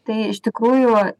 tai iš tikrųjų